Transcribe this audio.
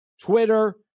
Twitter